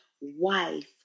wife